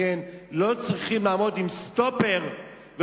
אני רוצה לומר לך,